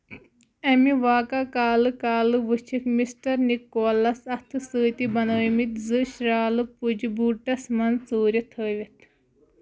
امہِ واقعہ كالہٕ کالہٕ وٕچھِکھ مِسٹر نِكولس اَتھٕ سۭتۍ بنٲیمٕتۍ زٕ شرالہٕ پُجہِ بوٗٹس منٛز ژوٗرِ تھٲوِتھ